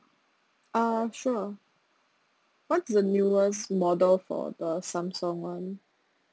uh sure what's the newest model for the Samsung [one]